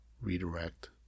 redirect